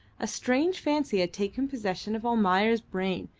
a strange fancy had taken possession of almayer's brain,